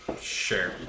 Sure